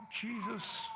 Jesus